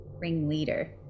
ringleader